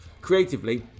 Creatively